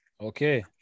Okay